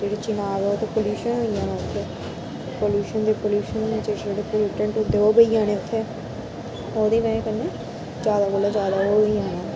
जेह्ड़ा चनाव ऐ ओह्दा पलुशन होई जाना उत्थै पलुशन ते पलुशन च जेह्ड़े पालयुटैंट होंदे ओह् पेई जाने उत्थैं ओह्दी बजह कन्नै ज्यादा कोला ज्यादा ओह् होई जाना